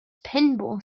pinball